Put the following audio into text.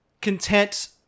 content